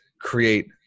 create